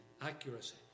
accuracy